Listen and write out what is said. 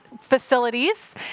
facilities